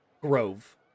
Grove